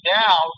now